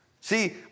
See